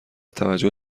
توجه